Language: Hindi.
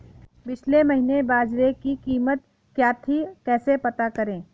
पिछले महीने बाजरे की कीमत क्या थी कैसे पता करें?